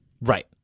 Right